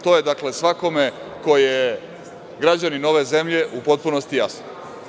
To je, dakle, svakome ko je građanin ove zemlje u potpunosti jasno.